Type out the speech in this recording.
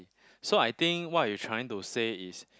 so I think what you trying to say is